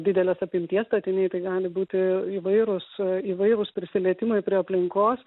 didelės apimties statiniai tai gali būti įvairūs įvairūs prisilietimai prie aplinkos